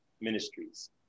Ministries